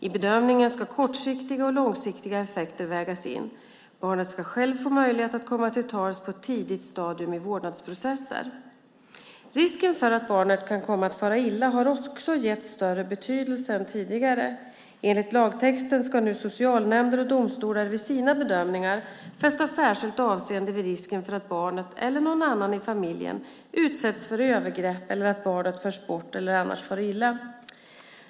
I bedömningen ska både kortsiktiga och långsiktiga effekter vägas in. Barnet självt ska få möjlighet att komma till tals på ett tidigt stadium i vårdnadsprocesser. Risken för att barnet kan komma att fara illa har också getts en större betydelse än tidigare. Enligt lagtexten ska nu socialnämnder och domstolar vid sina bedömningar fästa särskilt avseende vid risken för att barnet eller någon annan i familjen utsätts för övergrepp eller att barnet förs bort eller annars far illa.